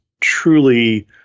truly